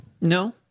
no